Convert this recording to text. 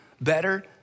better